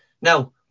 Now